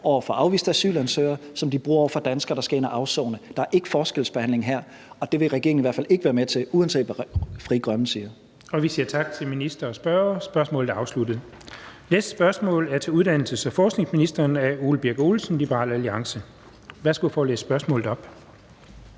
over for afviste asylansøgere, som de bruger over for danskere, der skal ind at afsone. Der er ikke forskelsbehandling her, og det vil regeringen i hvert fald ikke være med til, uanset hvad Frie Grønne siger. Kl. 13:29 Den fg. formand (Jens Henrik Thulesen Dahl): Og vi siger tak til minister og spørger. Spørgsmålet er afsluttet. Næste spørgsmål er til uddannelses- og forskningsministeren af Ole Birk Olesen, Liberal Alliance. Kl. 13:29 Spm. nr.